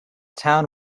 town